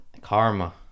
Karma